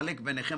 ולחלק ביניכם,